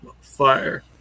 fire